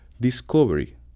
discovery